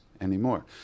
anymore